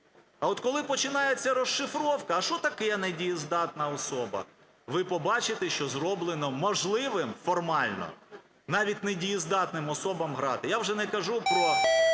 А от коли починається розшифровка, а що таке недієздатна особа, ви побачите, що зроблено можливим формально навіть недієздатним особам грати. Я вже не кажу про